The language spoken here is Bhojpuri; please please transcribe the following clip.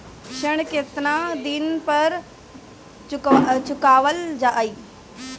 ऋण केतना दिन पर चुकवाल जाइ?